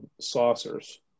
saucers